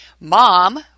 Mom